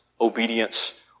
obedience